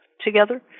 together